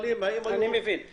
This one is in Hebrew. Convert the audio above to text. אני אדבר על